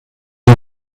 ihr